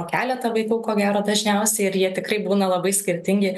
keletą vaikų ko gero dažniausiai ir jie tikrai būna labai skirtingi